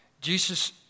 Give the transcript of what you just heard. Jesus